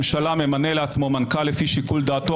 של הממשלה או מחליש במידה מסוימת את הפיקוח של בית המשפט,